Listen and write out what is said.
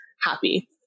happy